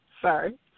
Sorry